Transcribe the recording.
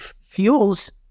fuels